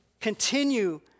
continue